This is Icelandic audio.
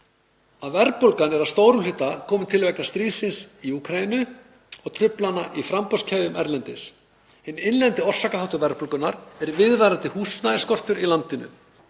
að verðbólgan er að stórum hluta komin til vegna stríðsins í Úkraínu og truflana í framboðskeðjum erlendis. Hinn innlendi orsakaþáttur verðbólgunnar er viðvarandi húsnæðisskortur í landinu.